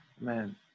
Man